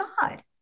God